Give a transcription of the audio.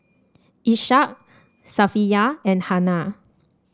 Ishak Safiya and Hana